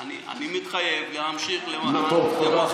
אני מתחייב להמשיך, למען דמוקרטיה, טוב, תודה.